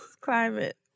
climate